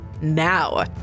now